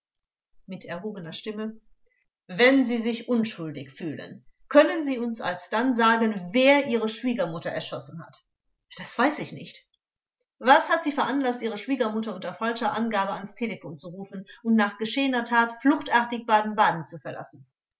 mit erhobener stimme wenn sie sich unschuldig fühlen können sie uns alsdann sagen wer ihre schwiegermutter erschossen hat angekl das weiß ich nicht vors was hat sie veranlaßt ihre schwiegermutter unter falscher angabe ans telephon zu rufen und nach geschehener tat fluchtartig baden-baden zu verlassen